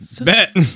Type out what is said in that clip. Bet